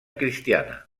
cristiana